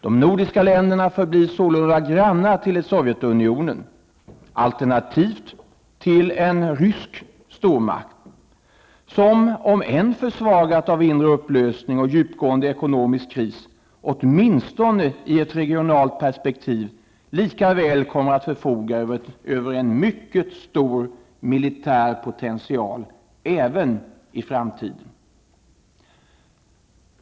De nordiska länderna förblir sålunda grannar till ett som, om än försvagat av inre upplösning och djupgående ekonomisk kris, åtminstone i ett regionalt perspektiv likväl kommer att förfoga över en mycket stor militär potential även i framtiden.